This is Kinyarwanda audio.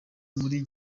muri